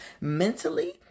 Mentally